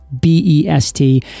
B-E-S-T